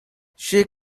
she